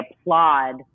applaud